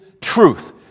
truth